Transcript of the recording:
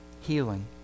Healing